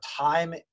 time